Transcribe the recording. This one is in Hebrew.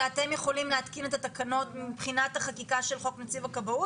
אלא אתם יכולים להתקין את התקנות מבחינת החקירה של חוק נציב הכבאות?